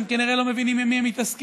הם כנראה לא מבינים עם מי הם מתעסקים.